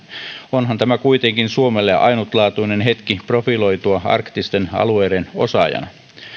onhan tämä kuitenkin suomelle ainutlaatuinen hetki profiloitua arktisten alueiden osaajana